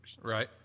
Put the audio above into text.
Right